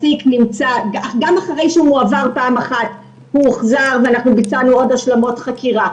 גם אחרי שהוא הועבר פעם אחת הוא הוחזר וביצענו עוד השלמות חקירה.